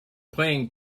playing